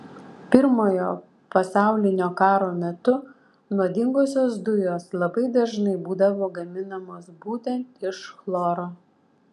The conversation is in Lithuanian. pirmojo pasaulinio karo metu nuodingosios dujos labai dažnai būdavo gaminamos būtent iš chloro